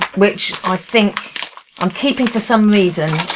which i think i'm keeping for some reason,